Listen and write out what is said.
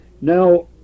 Now